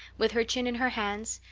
with her chin in her hands,